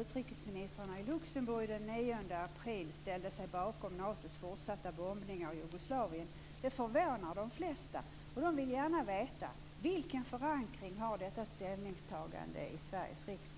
utrikesministermöte i Luxemburg den 9 april ställde sig bakom Natos fortsatta bombningar i Jugoslavien förvånar de flesta. De vill gärna veta vilken förankring detta ställningstagande har i Sveriges riksdag.